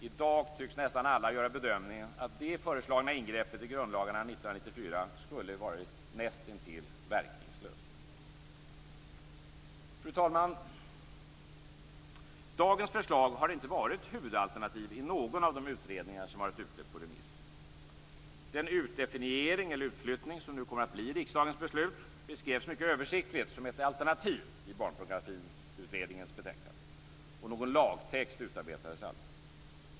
I dag tycks nästan alla göra bedömningen att det föreslagna ingreppet i grundlagarna 1994 skulle varit nästintill verkningslöst. Fru talman! Dagens förslag har inte varit huvudalternativ i någon av de utredningar som varit ute på remiss. Den utdefiniering eller utflyttning som nu kommer att bli riksdagens beslut beskrevs mycket översiktligt som ett alternativ i Barnpornografiutredningens betänkande. Någon lagtext utarbetades aldrig.